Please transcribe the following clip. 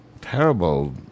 terrible